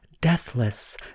deathless